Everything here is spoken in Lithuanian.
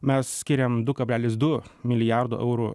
mes skiriam du kablelis du milijardo eurų